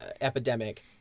epidemic